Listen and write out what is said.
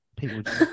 People